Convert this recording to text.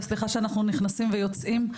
סליחה שאנחנו נכנסים ויוצאים,